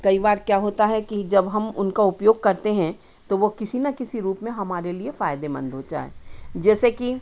कई बार क्या होता है कि जब हम उनका उपयोग करते हैं तो वे किसी ना किसी रूप में हमारे लिए फ़ायदेमंद हो जैसे कि